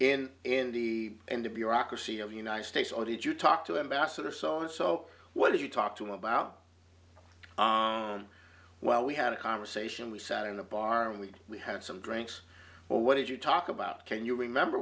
in in the end to bureaucracy of united states or did you talk to embassador so and so what did you talk to him about well we had a conversation we sat in a bar and we we had some drinks or what did you talk about can you remember